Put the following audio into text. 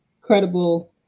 credible